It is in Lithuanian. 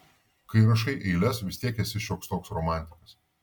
kai rašai eiles vis tiek esi šioks toks romantikas